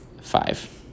five